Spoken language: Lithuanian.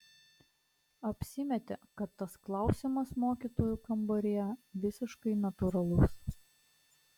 apsimetė kad tas klausimas mokytojų kambaryje visiškai natūralus